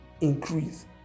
increase